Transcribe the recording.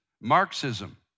Marxism